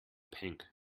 pink